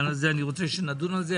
אני רוצה שנדון בזה.